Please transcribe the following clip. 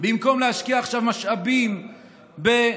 במקום להשקיע עכשיו משאבים בסיוע,